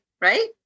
right